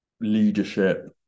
leadership